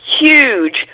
huge